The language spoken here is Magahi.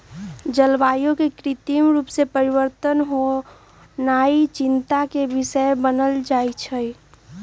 जलवायु में कृत्रिम रूप से परिवर्तन होनाइ चिंता के विषय बन जाइ छइ